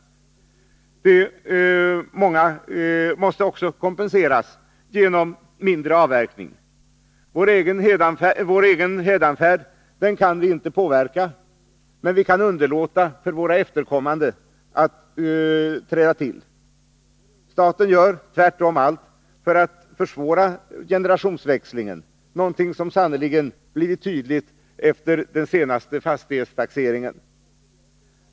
Också det måste kompenseras genom mindre avverkning. Vår egen hädanfärd kan vi inte påverka, men vi kan underlätta för de efterkommande att ta vid. Staten gör dock tvärtom allt för att försvåra generationsväxlingen, något som sannerligen blivit tydligt efter den senaste fastighetstaxeringen.